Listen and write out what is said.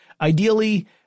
Ideally